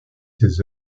ses